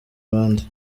abandi